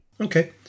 okay